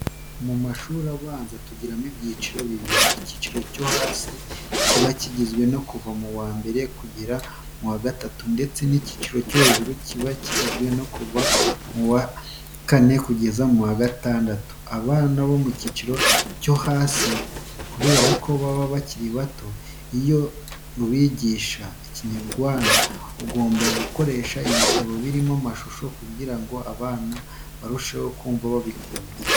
Mu mashuri abanza, tugiramo ibyiciro bibiri: ikiciro cyo hasi kiba kigizwe no kuva mu wa mbere kugera mu wa gatatu ndetse n'ikiciro cyo hejuru kiba kigizwe no kuva mu wa kane kugera mu wa gatandatu. Abana bo mu kiciro cyo hasi kubera baba bakiri bato, iyo ubigisha Ikinyarwanda, uba ugomba gukoresha ibitabo biriho amashusho kugira ngo abana barusheho kumva babikunze.